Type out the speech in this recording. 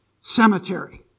cemetery